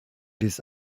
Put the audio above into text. dies